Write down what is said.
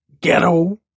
ghetto